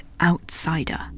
outsider